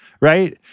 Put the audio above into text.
Right